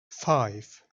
five